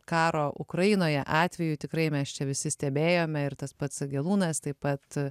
karo ukrainoje atveju tikrai mes čia visi stebėjome ir tas pats gelūnas taip pat